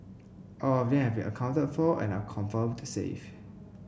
all of them accounted for and are confirmed safe